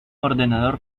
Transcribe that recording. ordenador